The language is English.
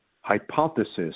hypothesis